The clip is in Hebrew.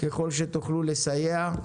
ככל שתוכלו לסייע.